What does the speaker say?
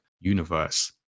universe